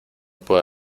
puedo